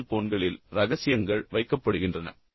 mobile போன்களில் ரகசியங்கள் வைக்கப்படுகின்றன